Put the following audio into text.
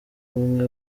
umwe